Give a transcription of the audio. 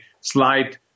slight